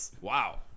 Wow